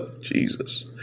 Jesus